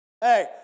Hey